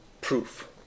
proof